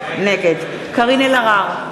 נגד קארין אלהרר,